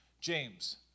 James